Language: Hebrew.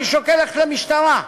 אני שוקל ללכת למשטרה.